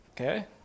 okay